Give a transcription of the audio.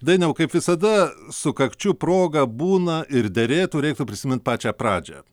dainiau kaip visada sukakčių proga būna ir derėtų reiktų prisimint pačią pradžią